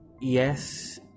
yes